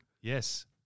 Yes